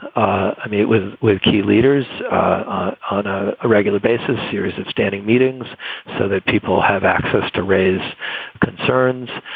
ah i meet with with key leaders on a ah regular basis series of standing meetings so that people have access to raise concerns.